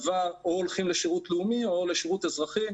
או הולכים לשרות לאומי, או לשרות אזרחי.